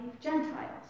Gentiles